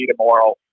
tomorrow